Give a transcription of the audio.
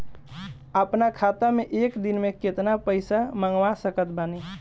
अपना खाता मे एक दिन मे केतना पईसा मँगवा सकत बानी?